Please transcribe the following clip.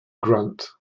grunt